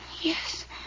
Yes